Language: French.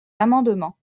amendements